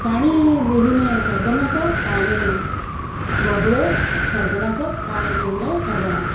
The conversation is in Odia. ପାଣି ବିହୁନେ ସର୍ବନାଶ ପାଣି ବହୁଳେ ସର୍ବନାଶ ପାଣି ବିହୁନେ ସର୍ବନାଶ